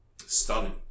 stunning